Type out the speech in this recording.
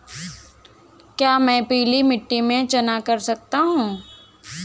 क्या मैं पीली मिट्टी में चना कर सकता हूँ?